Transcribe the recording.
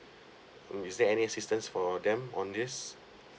mm is there any assistance for them on this